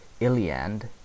Iliand